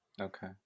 Okay